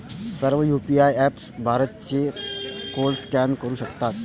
सर्व UPI apps Bharat Pe चा code scan करू शकतात